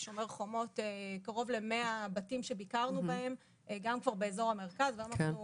בשומר חומות היו כמאה בתים שביקרנו בהם באזור המרכז ואנחנו